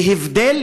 לעומת זאת,